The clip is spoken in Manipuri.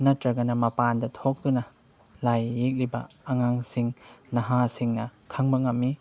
ꯅꯠꯇ꯭ꯔꯒꯅ ꯃꯄꯥꯟꯗ ꯊꯣꯛꯇꯨꯅ ꯂꯥꯏ ꯌꯦꯛꯂꯤꯕ ꯑꯉꯥꯡꯁꯤꯡ ꯅꯍꯥꯁꯤꯡꯅ ꯈꯪꯕ ꯉꯝꯏ